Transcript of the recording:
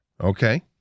Okay